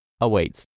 awaits